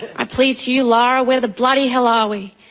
i plead to you lara, where the bloody hell are we?